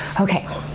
okay